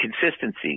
consistency